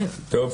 טוב.